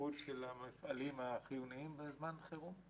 התפקוד של המפעלים החיוניים בזמן חירום?